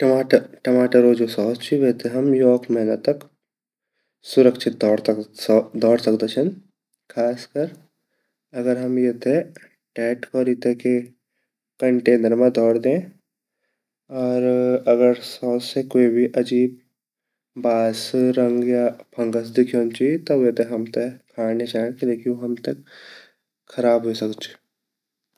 टमाटरों जु सॉस ची वेते हम योक महीना तक सुरक्छित धोर सकदा छिन ख़ास कर अगर हम येते टाइट कोरी ते के कंटेनर मा धौर दे अर अगर सॉस से क्वे अजीब बॉस रंग या फंगस दिख्योंदु ची ता वेते हमते खांड नि चैन्ड किले की उ हमते खराब वे सकदु ची।